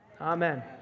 Amen